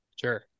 Sure